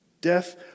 Death